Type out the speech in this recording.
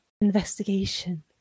investigation